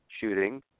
shooting